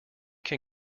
can